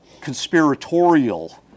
conspiratorial